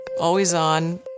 Always-on